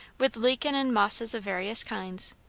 with lichen and mosses of various kinds,